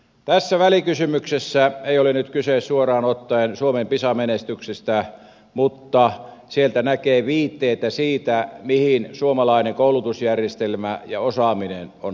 tässä välikysymyksessä ei ole nyt kyse suoraan ottaen suomen pisa menestyksestä mutta sieltä näkee viitteitä mihin suomalainen koulutusjärjestelmä ja osaaminen on menossa